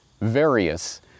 various